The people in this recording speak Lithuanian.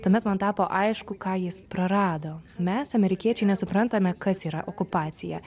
tuomet man tapo aišku ką jis prarado mes amerikiečiai nesuprantame kas yra okupacija